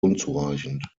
unzureichend